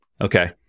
Okay